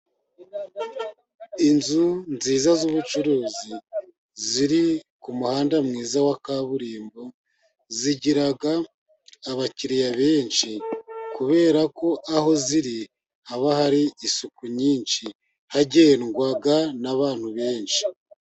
Inzu nziza z'ubucuruzi ziri ku muhanda mwiza wa kaburimbo zigira abakiriya benshi, kubera ko aho ziri haba hari isuku nyinshi hagendwa n'abantu benshi.